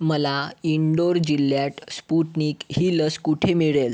मला इंदोर जिल्ह्यात स्फुटणिक ही लस कुठे मिळेल